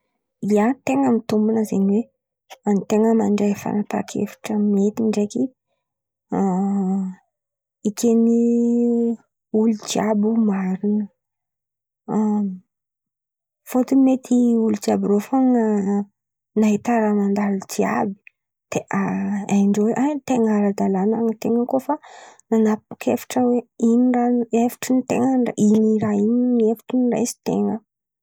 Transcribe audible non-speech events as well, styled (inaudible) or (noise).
Ia, ten̈a mitombina zen̈y hoe: an-ten̈a mandray fanapahan-kevitra mety ndraiky (hesitation) ekeny olo jiàby io marina (hesitation) fôtony mety olo jiàby rô fôn̈a nahita raha mandalo jiàby, (hesitation) haindrô hoe aia ny ten̈a ara-dalàn̈a. Ten̈a koa fa nanapa-kevitra hoe ino raha hevitry ny ten̈a, in̈y raha in̈y ny hevitry niraisinten̈a.